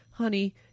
honey